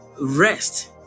rest